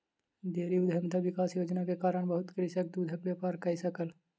dairy उद्यमिता विकास योजना के कारण बहुत कृषक दूधक व्यापार कय सकल